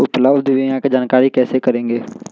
उपलब्ध बीमा के जानकारी कैसे करेगे?